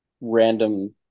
random